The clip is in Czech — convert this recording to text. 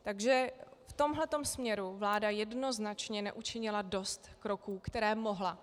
Takže v tomhle směru vláda jednoznačně neučinila dost kroků, které mohla.